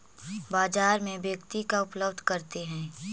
बाजार में व्यक्ति का उपलब्ध करते हैं?